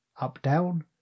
up-down